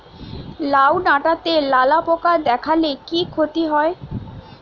লাউ ডাটাতে লালা পোকা দেখালে কি ক্ষতি হয়?